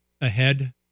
ahead